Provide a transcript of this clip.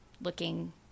looking